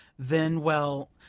then well,